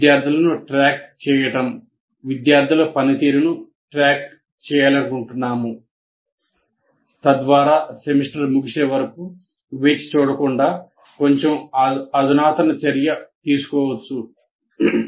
విద్యార్థులను ట్రాక్ చేయడం విద్యార్థుల పనితీరును ట్రాక్ చేయాలనుకుంటున్నాము తద్వారా సెమిస్టర్ ముగిసే వరకు వేచి ఉండకుండా కొంచెం అధునాతన చర్య తీసుకోవచ్చు